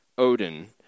Odin